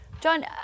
John